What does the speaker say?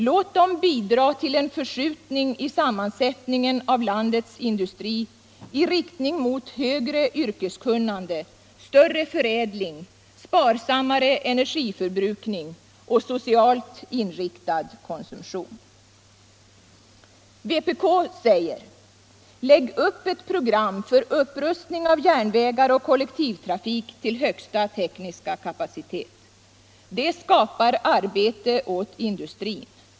Låt dem bidra till en förskjutning i sammansättningen av landets industrier i riktning mot högre yrkeskunnande, större förädling, sparsammare energiförbrukning och socialt inriktad konsumtion. Vpk säger: Lägg upp ett program för upprustning av järnvägar och kollektivtrafik till högsta tekniska kapacitet. Det skapar arbete åt industrin.